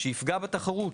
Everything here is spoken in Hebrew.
שייפגע בתחרות.